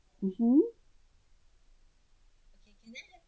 mmhmm